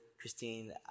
Christine